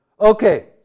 Okay